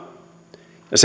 ja